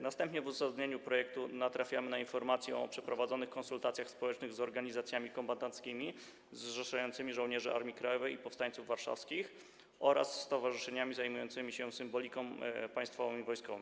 Następnie w uzasadnieniu projektu natrafiamy na informację o przeprowadzonych konsultacjach społecznych z organizacjami kombatanckimi zrzeszającymi żołnierzy Armii Krajowej i powstańców warszawskich oraz stowarzyszeniami zajmującymi się symboliką państwową i wojskową.